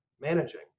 managing